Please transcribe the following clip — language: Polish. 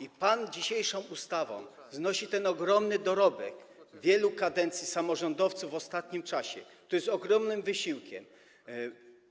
I pan dzisiejszą ustawą znosi ogromny dorobek wielu kadencji samorządowców, którzy w ostatnim czasie z ogromnym wysiłkiem